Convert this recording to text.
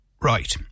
Right